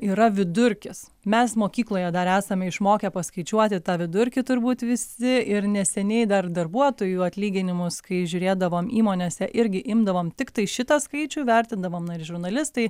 yra vidurkis mes mokykloje dar esame išmokę paskaičiuoti tą vidurkį turbūt visi ir neseniai dar darbuotojų atlyginimus kai žiūrėdavom įmonėse irgi imdavom tiktai šitą skaičių vertindavom na ir žurnalistai